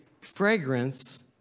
fragrance